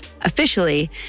officially